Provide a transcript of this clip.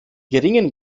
geringen